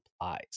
applies